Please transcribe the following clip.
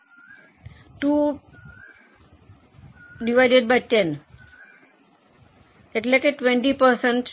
2 દ્વારા 10 તેઓ 20 ટકા અથવા પર્સન્ટ છે